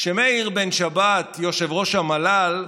כשמאיר בן שבת, ראש המל"ל,